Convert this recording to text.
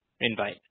invite